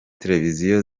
televiziyo